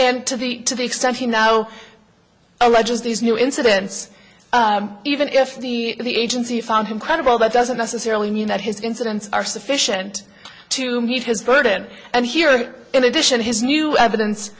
and to the to the extent he now alleges these new incidents even if the the agency found him credible that doesn't necessarily mean that his incidents are sufficient to meet his burden and here in addition his new evidence